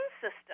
system